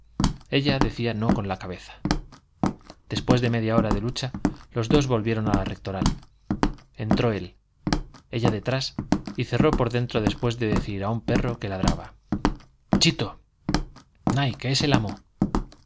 ella decía no con la cabeza después de media hora de lucha los dos volvieron a la rectoral entró él ella detrás y cerró por dentro después de decir a un perro que ladraba chito nay que es el amo